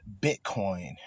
Bitcoin